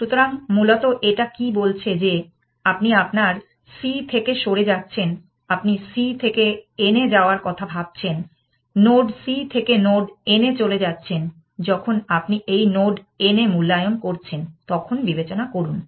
সুতরাং মূলত এটা কি বলছে যে আপনি আপনার c থেকে সরে যাচ্ছেন আপনি c থেকে n এ যাওয়ার কথা ভাবছেন নোড c থেকে নোড n এ চলে যাচ্ছেন যখন আপনি এই নোড n এর মূল্যায়ন করছেন তখন বিবেচনা করুন